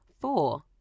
Four